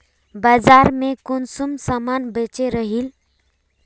बाजार में कुंसम सामान बेच रहली?